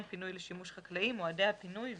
פינוי לשימוש חקלאי מועדי הפינוי וכן".